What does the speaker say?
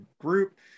group